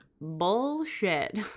bullshit